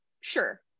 Sure